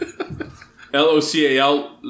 L-O-C-A-L